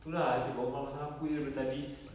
itu lah asyik berbual pasal aku jer daripada tadi